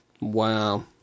Wow